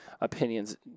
opinions